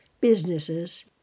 businesses